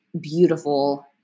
beautiful